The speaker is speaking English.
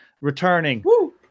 returning